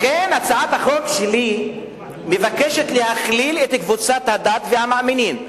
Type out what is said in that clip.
לכן הצעת החוק שלי מבקשת לכלול את קבוצת הדת והמאמינים.